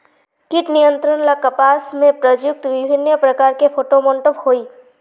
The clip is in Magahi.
कीट नियंत्रण ला कपास में प्रयुक्त विभिन्न प्रकार के फेरोमोनटैप होई?